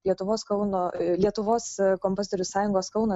lietuvos kauno lietuvos kompozitorių sąjungos kauno